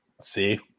See